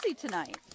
tonight